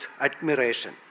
admiration